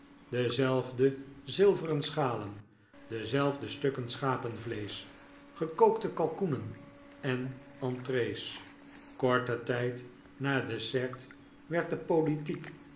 dezelfde zilveren schalen dezelfde stukken schapenvleesch gekookte kalkoenen en entrees korten tijd na het dessert werd de politiekj